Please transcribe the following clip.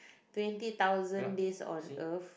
twenty thousand days on Earth